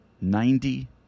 Ninety